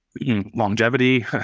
longevity